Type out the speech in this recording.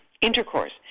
intercourse